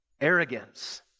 arrogance